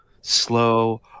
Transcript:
slow